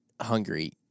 hungry